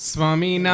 Swami